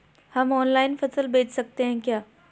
हम ऑनलाइन फसल बेच सकते हैं क्या?